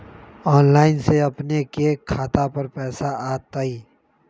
Online से अपने के खाता पर पैसा आ तई?